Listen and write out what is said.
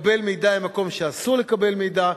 לקבל מידע ממקום שאסור לקבל ממנו מידע,